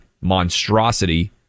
monstrosity